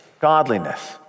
godliness